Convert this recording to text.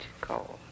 cold